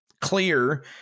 clear